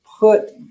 Put